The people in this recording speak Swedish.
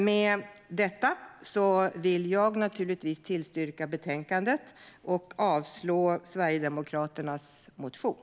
Med detta yrkar jag bifall till utskottets förslag i betänkandet och avslag på Sverigedemokraternas motion.